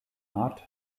art